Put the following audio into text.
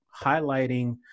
highlighting